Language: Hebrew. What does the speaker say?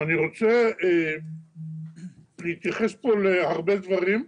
אני רוצה להתייחס פה להרבה דברים,